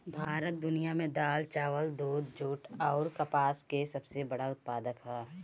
भारत दुनिया में दाल चावल दूध जूट आउर कपास का सबसे बड़ा उत्पादक ह